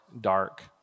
dark